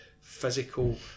physical